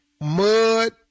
mud